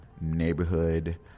neighborhood